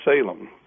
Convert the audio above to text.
Salem